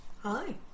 Hi